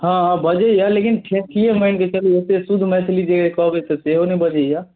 हँ बजैए लेकिन ठेठिए मानि कऽ चलू ओतेक शुद्ध मैथिली जे कहबै सेहो नहि बजैए